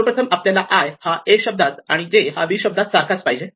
सर्वप्रथम आपल्याला i हा a शब्दात आणि j हा b शब्दात सारखाच पाहिजे